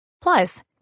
Plus